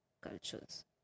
cultures